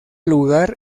lugar